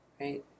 right